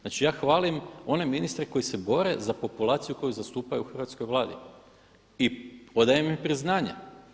Znači ja hvalim one ministre koji se bore za populaciju koju zastupaju u Hrvatskoj vladi i odajem im priznanja.